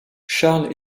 charles